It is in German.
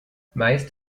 meist